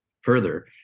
further